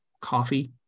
coffee